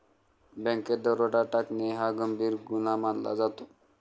बँकेत दरोडा टाकणे हा गंभीर गुन्हा मानला जातो